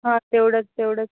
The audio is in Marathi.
हां तेवढंच तेवढंच